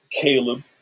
Caleb